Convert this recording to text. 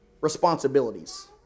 responsibilities